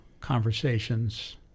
conversations